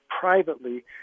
privately